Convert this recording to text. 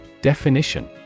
Definition